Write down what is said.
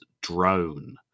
Drone